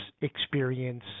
experience